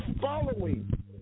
following